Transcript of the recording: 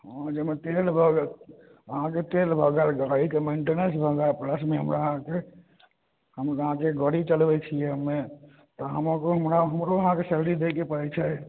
हँ जैमे तेल भऽ गेल आहाँके तेल भऽ गेल गाड़िके मेन्टिनेन्स भऽ गेल प्लसमे हमरा अहाँके हम अहाँके गाड़ी चलबै छीयै हम्मे तऽ हम ओकरो हमरो आहाँके सैलरी दैके पड़ै छै